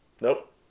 Nope